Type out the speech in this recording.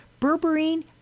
berberine